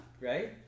right